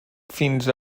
fins